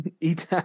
eat